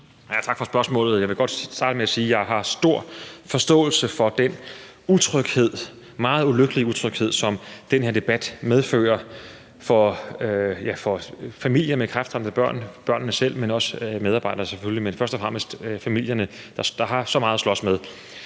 Tak for spørgsmålet. Jeg vil godt starte med at sige, at jeg har stor forståelse for den utryghed, den meget ulykkelige utryghed, som den her debat medfører for familierne med kræftramte børn, børnene selv og selvfølgelig også medarbejderne, men først og fremmest familierne, der har så meget at slås med.